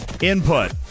input